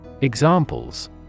Examples